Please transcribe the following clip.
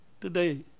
Today